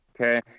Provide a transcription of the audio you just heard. Okay